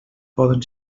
poden